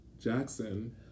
Jackson